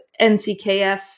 NCKF